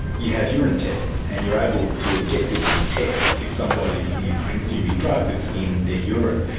you have urine tests and you're able to objectively test if somebody is consuming drugs, it's in their urine.